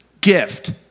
gift